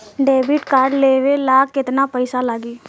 Debit card लेवे ला केतना पईसा लागी?